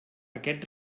aquest